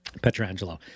Petrangelo